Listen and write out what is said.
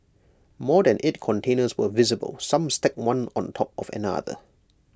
more than eight containers were visible some stacked one on top of another